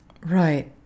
Right